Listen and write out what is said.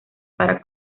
para